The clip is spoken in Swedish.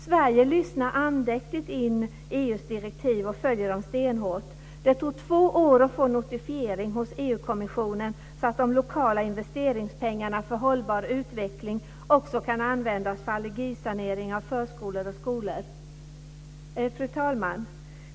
Sverige lyssnar andäktigt in EU:s direktiv och följer dem stenhårt. Det tog två år att få notifiering hos EU-kommissionen så att de lokala investeringspengarna för hållbar utveckling också kan användas för allergisanering av förskolor och skolor. Fru talman!